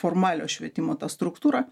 formalio švietimo ta struktūra